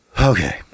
Okay